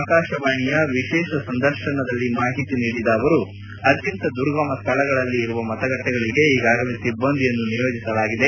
ಆಕಾಶವಾಣಿಯ ವಿಶೇಷ ಸಂದರ್ಶನದಲ್ಲಿ ಮಾಹಿತಿ ನೀಡಿದ ಸಾಹು ಅತ್ಯಂತ ದುರ್ಗಮ ಸ್ಥಳಗಳಲ್ಲಿ ಇರುವ ಮತಗಟ್ಟಿಗಳಿಗೆ ಈಗಾಗಲೇ ಸಿಬ್ಬಂದಿಯನ್ನು ನಿಯೋಜಿಸಲಾಗಿದೆ